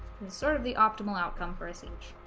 and sort of the optimal outcome for so sh